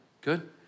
Good